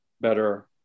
better